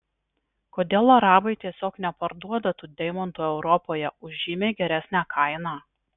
kodėl arabai tiesiog neparduoda tų deimantų europoje už žymiai geresnę kainą